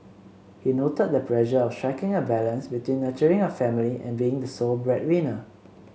he noted the pressure of striking a balance between nurturing a family and being the sole breadwinner